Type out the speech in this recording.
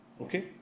Okay